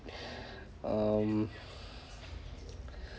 um